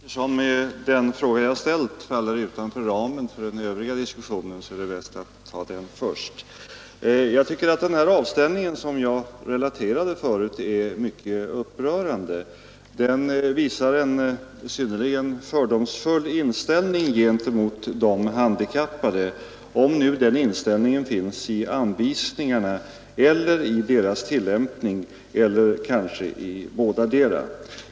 Herr talman! Eftersom den fråga jag ställt faller utanför ramen för den övriga diskussionen är det bäst att ta den först. Den avstängning av en student som jag relaterade förut anser jag mycket upprörande. Den visar en mycket fördomsfull inställning mot de handikappade — om nu den inställningen finns i anvisningarna eller i deras tillämpning eller kanske i bådadera.